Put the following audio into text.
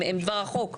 הם דבר החוק.